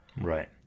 Right